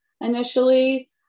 initially